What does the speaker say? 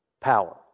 power